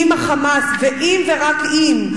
אם ה"חמאס" ואם ורק אם,